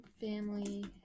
family